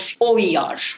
OER